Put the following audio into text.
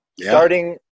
Starting